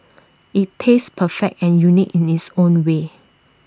IT tastes perfect and unique in its own way